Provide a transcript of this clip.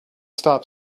stop